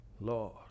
Lord